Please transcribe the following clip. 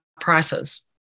prices